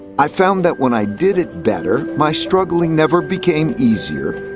i found that when i did it better, my struggling never became easier,